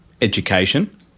education